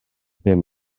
bum